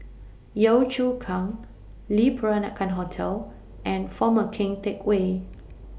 Yio Chu Kang Le Peranakan Hotel and Former Keng Teck Whay